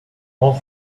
all